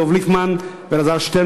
דב ליפמן ואלעזר שטרן,